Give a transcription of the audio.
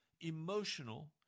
emotional